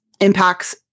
impacts